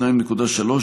2.3,